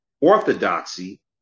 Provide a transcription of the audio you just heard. orthodoxy